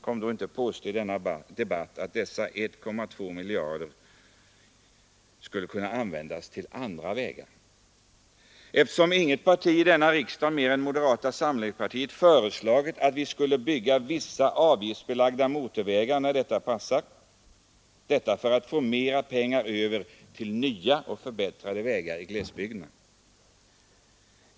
Kom då inte och påstå i denna debatt att dessa 1,2 miljarder skulle kunna användas till andra vägar. Inget parti i denna riksdag mer än moderata samlingspartiet har föreslagit att vi skulle bygga vissa avgiftsbelagda motorvägar när detta passar, och detta för att få mera pengar över till nya förbättrade vägar i glesbygderna.